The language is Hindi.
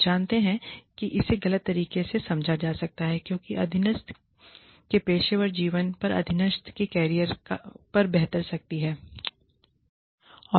आप जानते हैं कि इसे गलत तरीके से समझा जा सकता है क्योंकि अधीनस्थ के पेशेवर जीवन पर अधीनस्थ के कैरियर पर बेहतर शक्ति है